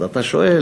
אז אתה שואל: